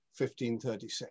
1536